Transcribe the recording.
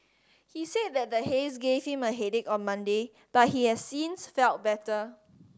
he said that the haze gave him a headache on Monday but he has since felt better